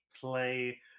play